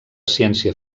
ciència